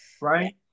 right